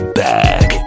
back